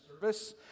service